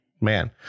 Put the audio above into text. Man